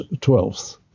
twelfth